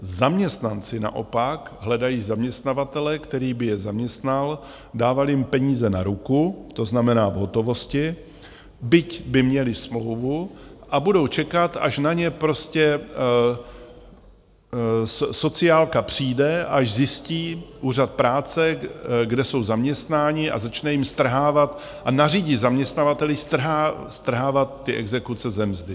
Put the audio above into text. Zaměstnanci naopak hledají zaměstnavatele, který by je zaměstnal, dával jim peníze na ruku, to znamená v hotovosti, byť by měli smlouvu a budou čekat, až na ně prostě sociálka přijde, až zjistí úřad práce, kde jsou zaměstnáni a začne jim strhávat a nařídí zaměstnavateli strhávat ty exekuce ze mzdy.